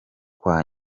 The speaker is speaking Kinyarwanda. kwa